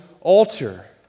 altar